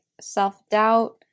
self-doubt